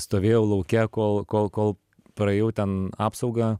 stovėjau lauke kol kol kol praėjau ten apsaugą